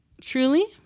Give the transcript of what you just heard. Truly